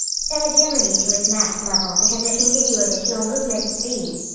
set agility to its max level because it can give you additional movement speed.